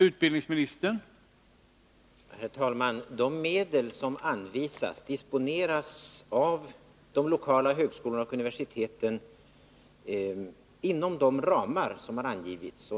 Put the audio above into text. Herr talman! De medel som anvisas disponeras av de lokala högskolorna och universiteten inom de ramar som har angivits.